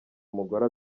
umugore